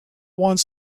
one